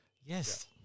Yes